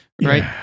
Right